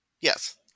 Yes